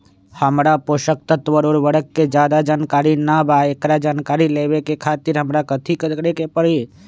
हमरा पोषक तत्व और उर्वरक के ज्यादा जानकारी ना बा एकरा जानकारी लेवे के खातिर हमरा कथी करे के पड़ी?